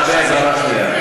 אתה באזהרה שנייה.